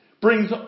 brings